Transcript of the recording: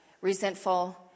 resentful